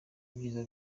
ibyiza